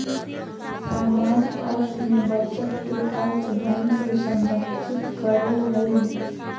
सामान्य अर्थ में बचत के अर्थ धन के संरक्षित करो हइ